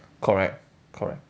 correct correct